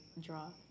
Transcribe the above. draw